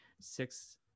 six